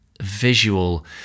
visual